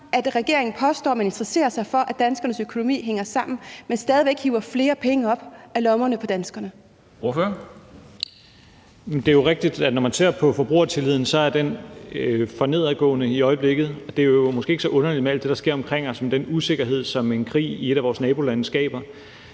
regeringen påstår, at den interesserer sig for, at danskernes økonomi hænger sammen, mens man stadig væk hiver flere penge op af lommerne på danskerne? Kl. 10:19 Formanden : Ordføreren. Kl. 10:19 Rasmus Stoklund (S) : Det er jo rigtigt, at når man ser på forbrugertilliden, kan man se, at den er for nedadgående i øjeblikket. Det er måske ikke så underligt med alt det, der sker omkring os, og med den usikkerhed, som en krig i et af vores nabolande skaber.